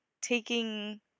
taking